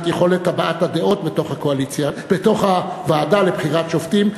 יכולת הבעת הדעות בתוך הוועדה לבחירת שופטים,